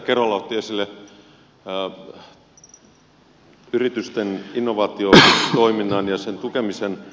edustaja kerola otti esille yritysten innovaatiotoiminnan ja sen tukemisen